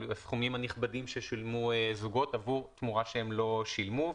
על הסכומים הנכבדים ששילמו זוגות עבור תמורה שהם לא שילמו.